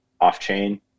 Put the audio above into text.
off-chain